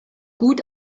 gut